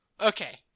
Okay